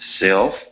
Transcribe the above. self